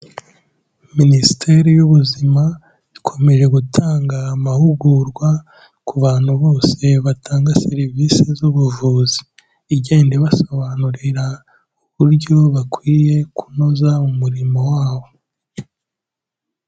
Minisiteri y'ubuzima ikomeje gutanga amahugurwa ku bantu bose batanga serivisi z'ubuvuzi, igenda ibasobanurira uburyo bakwiye kunoza umurimo wabo.